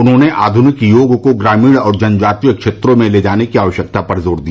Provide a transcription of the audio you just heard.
उन्होंने आधुनिक योग को ग्रामीण और जनजातीय क्षेत्रों में ले जाने की आवश्यकता पर जोर दिया